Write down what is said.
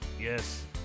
Yes